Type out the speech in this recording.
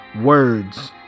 Words